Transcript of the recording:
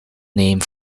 name